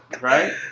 right